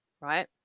right